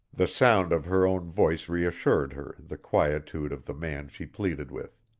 the sound of her own voice reassured her, the quietude of the man she pleaded with.